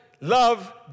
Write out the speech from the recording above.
love